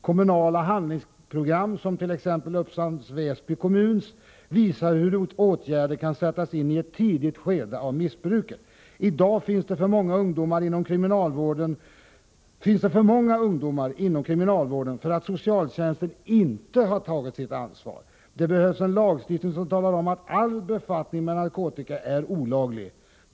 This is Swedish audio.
Kommunala handlingsprogram, exempelvis sådana som finns i Upplands-Väsby kommun, visar hur åtgärder kan sättas in i ett tidigt skede av missbruket. I dag finns det för många ungdomar inom kriminalvården därför att socialtjänsten inte har tagit sitt ansvar. Det behövs en lagstiftning som talar om, att all befattning med narkotika är olaglig.